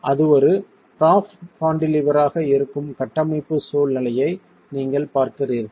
எனவே அது ஒரு ப்ராப் கான்டிலீவராக இருக்கும் கட்டமைப்பு சூழ்நிலையை நீங்கள் பார்க்கிறீர்கள்